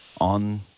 on